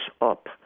up